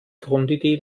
grundidee